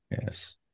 Yes